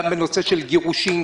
גם בנושא של גירושין,